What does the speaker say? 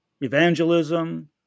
evangelism